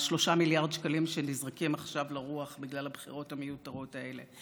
3 מיליארד שקלים נזרקים עכשיו לרוח בגלל הבחירות המיותרות האלה.